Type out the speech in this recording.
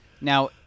Now